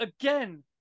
again